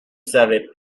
savait